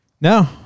No